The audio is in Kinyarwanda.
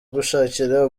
gushakira